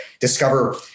discover